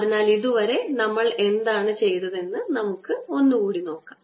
അതിനാൽ ഇതുവരെ നമ്മൾ എന്താണ് ചെയ്തതെന്ന് നമുക്ക് നോക്കാം